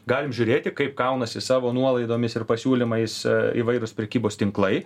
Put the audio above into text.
galim žiūrėti kaip kaunasi savo nuolaidomis ir pasiūlymais įvairūs prekybos tinklai